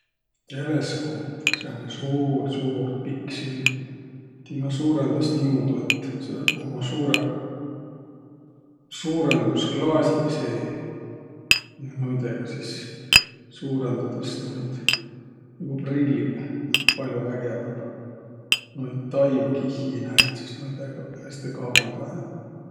Teleskuup vai sääne suur, suur pikksilm, timä suurõndas niimudu, et sääl ummaq suurõq suurõndusklaasiq seeh ja noidõga sis suurõndõdas noid. Nigu prilliq, a pall'o vägevämbäq. Noid taivakihhi näet sis noidõgaq häste kavvõndahe.